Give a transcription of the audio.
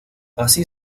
así